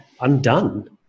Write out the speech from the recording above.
undone